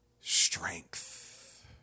strength